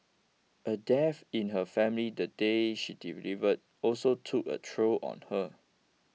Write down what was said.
a death in her family the day she delivered also took a toll on her